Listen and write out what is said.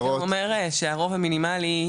זה אומר שהרוב המינימלי,